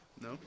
No